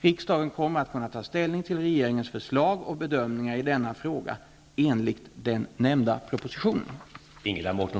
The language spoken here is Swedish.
Riksdagen kommer att kunna ta ställning till regeringens förslag och bedömningar i denna fråga enligt den nämnda propositionen.